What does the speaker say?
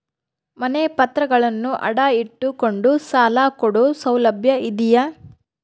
ಮನೆ ಪತ್ರಗಳನ್ನು ಅಡ ಇಟ್ಟು ಕೊಂಡು ಸಾಲ ಕೊಡೋ ಸೌಲಭ್ಯ ಇದಿಯಾ?